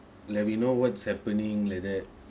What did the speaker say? like we know what's happening like that